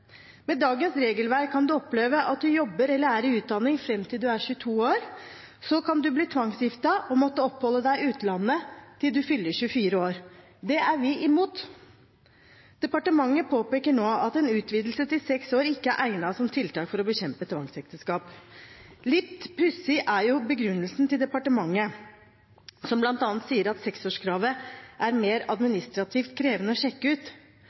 Med dagens regelverk kan man oppleve å jobbe eller være i utdanning fram til man er 22 år. Så kan man bli tvangsgiftet og måtte oppholde seg i utlandet til en fyller 24 år. Det er vi imot. Departementet påpeker nå at en utvidelse til seks år ikke er egnet som tiltak for å bekjempe tvangsekteskap. Litt pussig er begrunnelsen fra departementet, at seksårskravet er mer administrativt krevende å sjekke ut.